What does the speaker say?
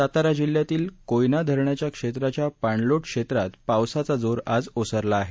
सातारा जिल्हयातील कोयना धरणा क्षेत्राच्या पाणलोट क्षेत्रात पावसाचा जोर आज ओसरला आहे